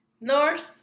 North